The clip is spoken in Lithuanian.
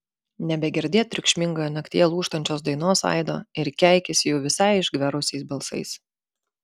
nebegirdėt triukšmingoje naktyje lūžtančios dainos aido ir keikiasi jau visai išgverusiais balsais